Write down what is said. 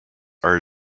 are